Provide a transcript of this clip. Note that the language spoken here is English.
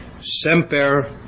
Semper